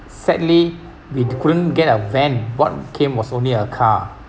sadly we couldn't get a van what came was only a car